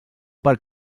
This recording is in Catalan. per